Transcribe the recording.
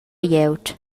glieud